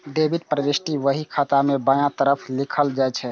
debit प्रवृष्टि बही खाता मे बायां तरफ लिखल जाइ छै